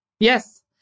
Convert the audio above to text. Yes